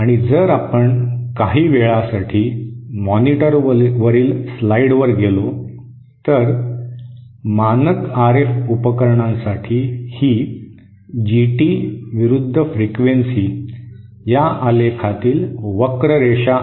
आणि जर आपण काही वेळासाठी मॉनिटरवरील स्लाइडवर गेलो तर मानक आरएफ उपकरणांसाठी ही जीटी विरुद्ध फ्रिक्वेन्सी या आलेखातील वक्ररेषा आहे